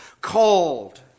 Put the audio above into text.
Called